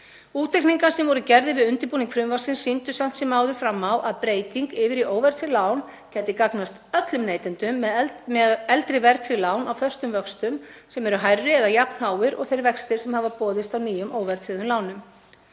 Útreikningar sem voru gerðir við undirbúning frumvarpsins sýndu samt sem áður fram á að breyting yfir í óverðtryggð lán gæti gagnast öllum neytendum með eldri verðtryggð lán á föstum vöxtum sem eru hærri eða jafn háir og þeir vextir sem hafa boðist á nýjum óverðtryggðum lánum.